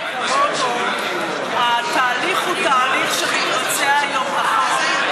התהליך מתבצע היום בחוק.